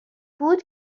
بود